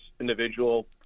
individual